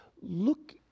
look